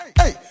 hey